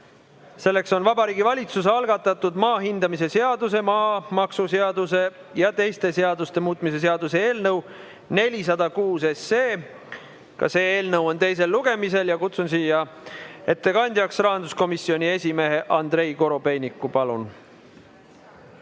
Selleks on Vabariigi Valitsuse algatatud maa hindamise seaduse, maamaksuseaduse ja teiste seaduste muutmise seaduse eelnõu 406. Ka see eelnõu on teisel lugemisel. Kutsun ettekandjaks rahanduskomisjoni esimehe Andrei Korobeiniku. Palun!